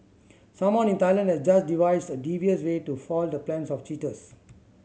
someone in Thailand has just devised a devious way to foil the plans of cheaters